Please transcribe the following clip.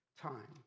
time